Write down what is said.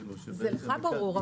אולי לך זה ברור,